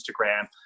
Instagram